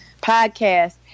podcast